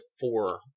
four